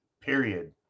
period